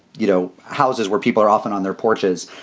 you know, houses where people are often on their porches.